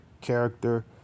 character